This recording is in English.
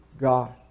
God